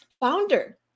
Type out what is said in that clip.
founder